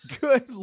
Good